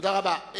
תודה רבה.